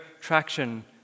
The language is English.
traction